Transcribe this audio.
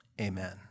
Amen